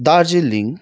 Darjeeling